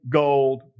gold